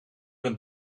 ben